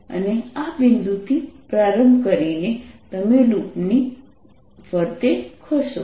અને આ બિંદુથી પ્રારંભ કરીને તમે લૂપની ફરતે ખસો